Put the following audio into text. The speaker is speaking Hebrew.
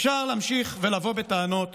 אפשר להמשיך לבוא בטענות